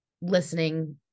listening